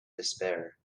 despair